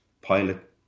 pilot